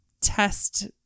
test